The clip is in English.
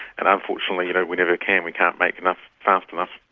and unfortunately you know we never can, we can't make enough fast enough.